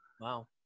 Wow